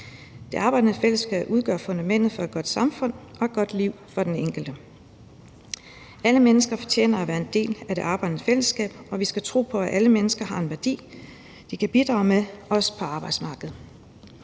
Det arbejdende fællesskab udgør fundamentet for et godt samfund og et godt liv for den enkelte. Alle mennesker fortjener at være en del af det arbejdende fællesskab, og vi skal tro på, at alle mennesker har en værdi, de kan bidrage med, også på arbejdsmarkedet.